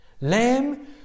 Lamb